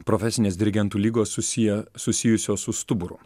profesinės dirigentų ligos susiję susijusios su stuburu